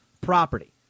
property